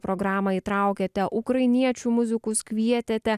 programą įtraukėte ukrainiečių muzikus kvietėte